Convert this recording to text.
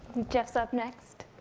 geoff's up next.